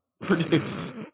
Produce